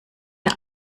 der